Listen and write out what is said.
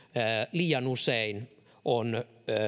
liian usein on